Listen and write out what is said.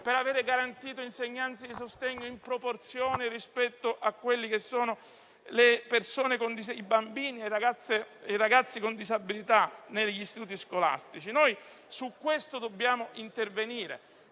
per avere garantiti insegnanti di sostegno in proporzione rispetto ai bambini e ai ragazzi con disabilità negli istituti scolastici. Noi su questo dobbiamo intervenire.